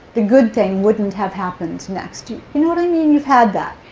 the good thing wouldn't have happened next. you know what i mean? you've had that.